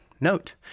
note